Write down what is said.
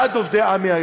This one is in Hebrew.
בעד עובדי עמ"י,